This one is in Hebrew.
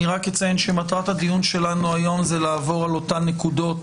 אני רק אציין שמטרת הדיון היום היא לעבור על אותן נקודות